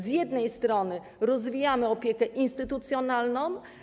Z jednej strony rozwijamy opiekę instytucjonalną.